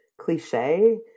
cliche